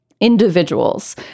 individuals